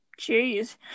Jeez